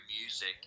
music